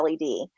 LED